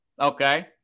Okay